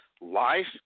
Life